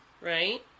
right